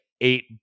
eight